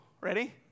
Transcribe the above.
Ready